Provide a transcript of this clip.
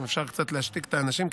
אם אפשר להשתיק קצת את האנשים.